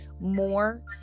more